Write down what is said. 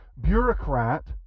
bureaucrat